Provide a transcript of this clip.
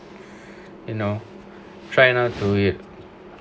you know try not to you